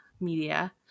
media